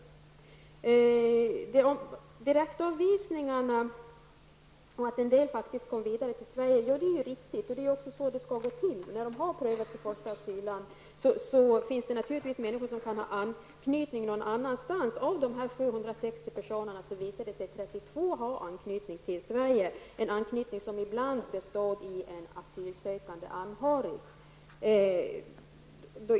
Vidare har vi frågan om direktavvisningarna och att en del asylsökande faktiskt har kommit till Sverige. Det är riktigt, och det är också så det skall gå till när det har gjorts en prövning av första asylland. Det finns naturligtvis människor som kan ha anknytning någon annanstans. Av dessa 760 personer visade det sig att 32 hade anknytning till Sverige. Det var en anknytning som ibland bestod i en asylsökande anhörig.